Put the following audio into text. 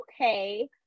Okay